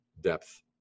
depth